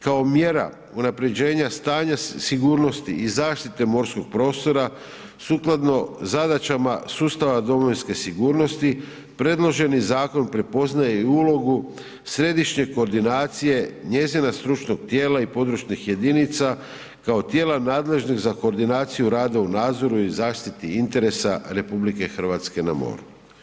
Kao mjera unapređenja stanja sigurnosti i zaštite morskog prostora sukladno zadaćama sustava domovinske sigurnosti, predloženi zakon prepoznaje i ulogu središnje koordinacije, njezina stručnog tijela i područnih jedinica kao tijela nadležnih za koordinaciju rada u nadzoru i zaštiti interesa RH na moru.